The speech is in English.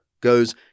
goes